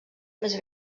més